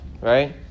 right